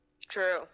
True